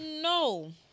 No